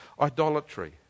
idolatry